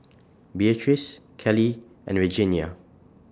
Beatrice Kelly and Regenia